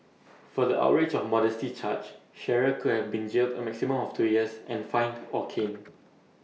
for the outrage of modesty charge Shearer could have been jailed A maximum of two years and fined or caned